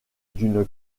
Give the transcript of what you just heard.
d’une